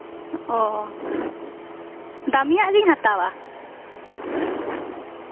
ᱳ ᱫᱟᱢᱤᱭᱟᱜ ᱜᱤᱧ ᱦᱟᱛᱟᱣᱟ